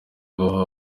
baha